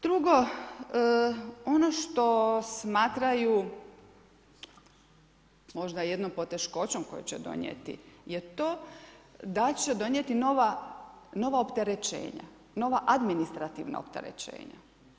Drugo, ono što smatraju možda jednom poteškoćom koju će donijeti je to da će donijeti nova opterećenja, nova administrativna opterećenja.